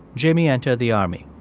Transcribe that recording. jamie entered the army,